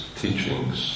teachings